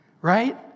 Right